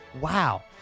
Wow